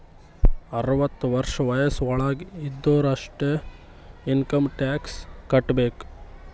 ಅರ್ವತ ವರ್ಷ ವಯಸ್ಸ್ ವಳಾಗ್ ಇದ್ದೊರು ಅಷ್ಟೇ ಇನ್ಕಮ್ ಟ್ಯಾಕ್ಸ್ ಕಟ್ಟಬೇಕ್